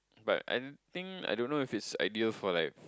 but I don't think I don't know if it's ideal for like